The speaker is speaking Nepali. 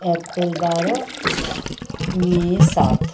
अप्रेल बाह्र मई सात